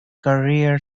career